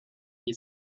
his